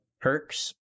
perks